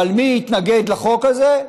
אבל מי התנגד לחוק הזה?